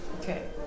Okay